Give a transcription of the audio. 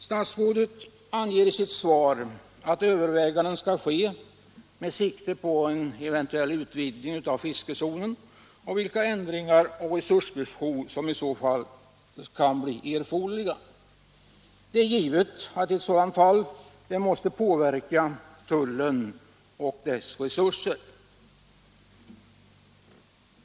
Statsrådet anger också i sitt svar att överväganden skall göras med sikte på en eventuell utvidgning av fiskezonen och de ändringar och de resurser som i så fall kan bli erforderliga. Det är givet att en sådan utvidgning måste påverka tullen och dess resurser.